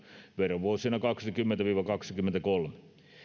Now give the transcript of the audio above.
verovuosina kaksikymmentä viiva kaksikymmentäkolme